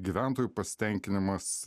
gyventojų pasitenkinimas